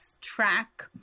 track